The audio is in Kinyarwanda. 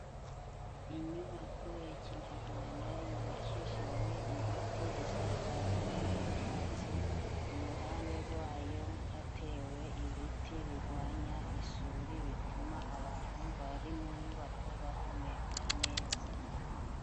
Inyubako ya kinyarwanda yubakishijwe ibiti isakajwe ibyatsi, iruhande rwayo hatewe ibiti bigwanya isuri, bituma abantu bari mu nyubako bahumeka neza.